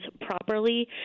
properly